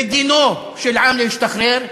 ודינו של עם להשתחרר,